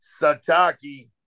Sataki